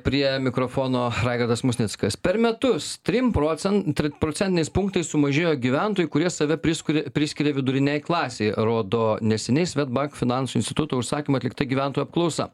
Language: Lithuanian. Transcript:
prie mikrofono raigardas musnickas per metus trim procen tr procentiniais punktais sumažėjo gyventojų kurie save priskuria priskiria vidurinei klasei rodo neseniai swedbank finansų instituto užsakymu atlikta gyventojų apklausa